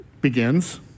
begins